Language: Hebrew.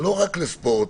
לא רק לספורט.